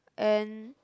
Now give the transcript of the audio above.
and